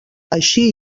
així